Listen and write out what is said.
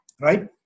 right